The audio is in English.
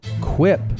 Quip